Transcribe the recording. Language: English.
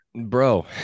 Bro